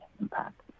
impact